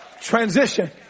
Transition